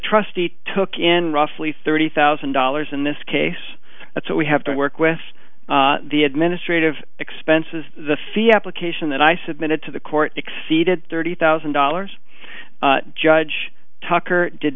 trustee took in roughly thirty thousand dollars in this case that's what we have to work with the administrative expenses the fiesta cation that i submitted to the court exceeded thirty thousand dollars judge tucker did